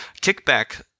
kickback